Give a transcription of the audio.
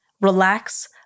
relax